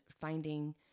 finding